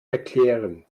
erklären